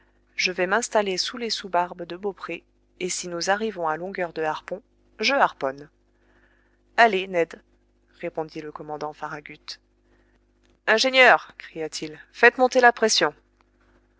je vais m'installer sous les sous barbes de beaupré et si nous arrivons à longueur de harpon je harponne allez ned répondit le commandant farragut ingénieur cria-t-il faites monter la pression